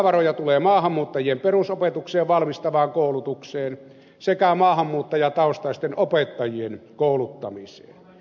lisävaroja tulee maahanmuuttajien perusopetukseen valmistavaan koulutukseen sekä maahanmuuttajataustaisten opettajien kouluttamiseen